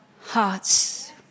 hearts